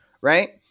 right